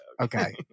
Okay